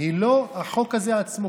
היא לא החוק הזה עצמו,